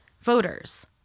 voters